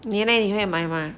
你 leh 你会买吗